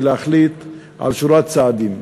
להחליט על שורת צעדים,